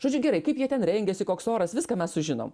žodžiu gerai kaip jie ten rengiasi koks oras viską mes sužinom